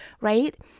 Right